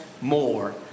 more